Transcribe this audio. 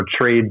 trade